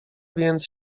więc